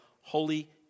holy